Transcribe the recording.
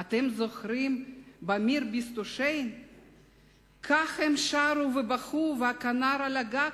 / אתם זוכרים את בי מיר ביסטו שיין?/ כך הם שרו ובכו והכנר על הגג